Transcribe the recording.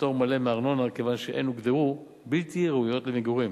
מפטור מלא מארנונה מכיוון שהן הוגדרו בלתי ראויות למגורים.